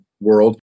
world